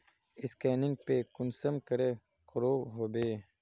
Scanning पे कुंसम करे करो होबे?